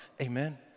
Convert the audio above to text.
Amen